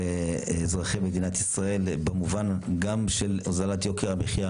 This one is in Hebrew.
לאזרחי מדינת ישראל במובן גם של הוזלת יוקר המחיה